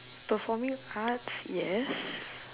performing arts yes